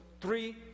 three